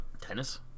Tennis